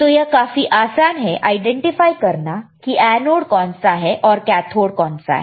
तो यह काफी आसान है आईडेंटिफाई करना कि एनोड कौन सा है और कैथोड कौन सा है